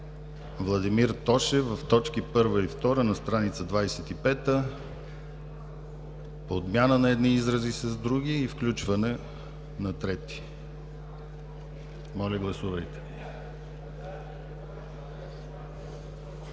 Владимир Тошев в точки 1 и 2 на стр. 25 – подмяна на едни изрази с други и включване на трети. Моля, гласувайте.